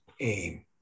aim